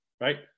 Right